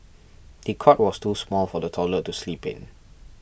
the cot was too small for the toddler to sleep in